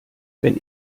wenn